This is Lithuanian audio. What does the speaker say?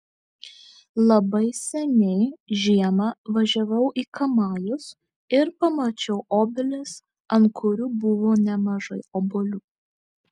labai seniai žiemą važiavau į kamajus ir pamačiau obelis ant kurių buvo nemažai obuolių